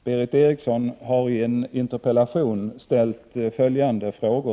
Herr talman!